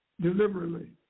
deliberately